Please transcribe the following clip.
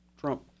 Trump